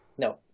no